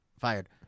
Fired